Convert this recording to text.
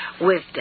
wisdom